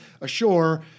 ashore